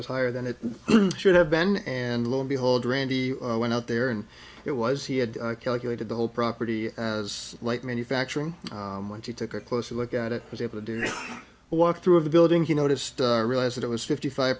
was higher than it should have been and lo and behold randy went out there and it was he had calculated the whole property as like manufacturing when he took a closer look at it was able to do a walk through of the building he noticed realize that it was fifty five